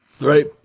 Right